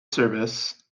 service